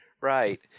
Right